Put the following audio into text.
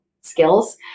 Skills